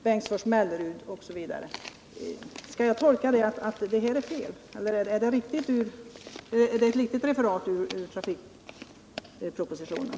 Kan jag göra tolkningen att det här är fel, eller är detta riktigt refererat ur den trafikpolitiska propositionen?